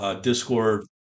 Discord